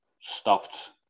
stopped